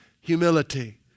Humility